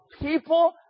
people